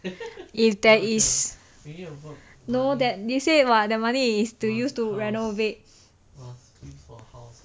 if there is no that you said [what] that money is to use to renovate